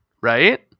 Right